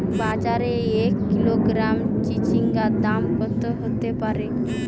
বাজারে এক কিলোগ্রাম চিচিঙ্গার দাম কত হতে পারে?